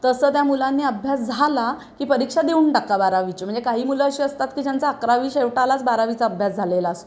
तसं त्या मुलांनी अभ्यास झाला की परीक्षा देऊन टाका बारावीची म्हणजे काही मुलं अशी असतात की ज्यांचा अकरावी शेवटालाच बारावीचा अभ्यास झालेला असतो